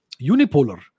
unipolar